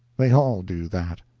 they all do that.